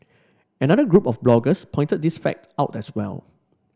another group of bloggers pointed this fact out as well